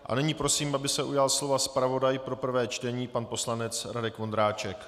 A nyní prosím, aby se ujal slova zpravodaj pro prvé čtení pan poslanec Radek Vondráček.